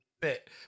bit